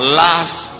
last